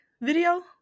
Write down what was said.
video